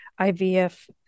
ivf